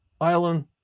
island